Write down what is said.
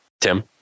Tim